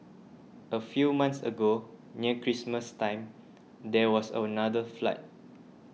a few months ago near Christmas time there was another flood